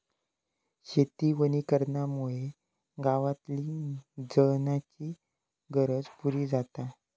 शेती वनीकरणामुळे गावातली जळणाची गरज पुरी जाता